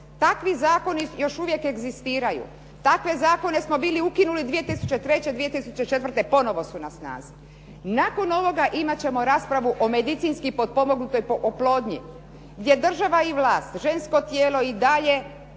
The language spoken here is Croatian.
Takvi zakoni još uvijek egzistiraju. Takve zakone smo bili ukinuli 2003., 2004. ponovno su na snazi. Nakon ovoga imate ćemo raspravu o medicinski potpomognutoj oplodnji, gdje država i vlast žensko tijelo i dalje